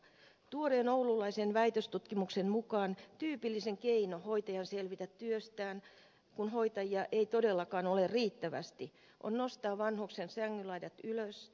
tuoreen oululaisen väitöstutkimuksen mukaan tyypillisin keino hoitajan selvitä työstään kun hoitajia ei todellakaan ole riittävästi on nostaa vanhuksen sängyn laidat ylös